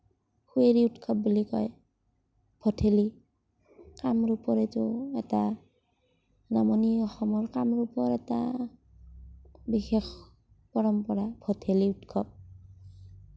সুঁৱৰী উৎসৱ বুলি কয় ভঠেলি কামৰূপৰ এইটো এটা নামনি অসমৰ কামৰূপৰ এটা বিশেষ এটা পৰম্পৰা ভঠেলি উৎসৱ